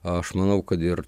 aš manau kad ir